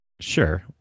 Sure